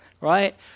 right